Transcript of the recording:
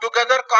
together